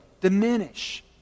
diminish